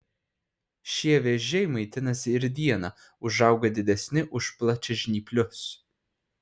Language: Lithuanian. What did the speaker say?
šie vėžiai maitinasi ir dieną užauga didesni už plačiažnyplius